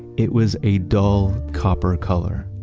it was a dull copper color.